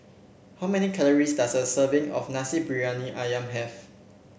how many calories does a serving of Nasi Briyani ayam have